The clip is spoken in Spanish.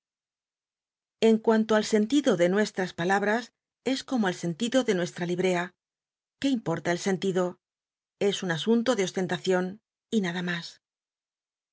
en cuanto al sentido de nuestras palaljras es como el sentido de nucstra librea qué importa el sentido es un asunto de oslcntacion y nada mas